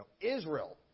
Israel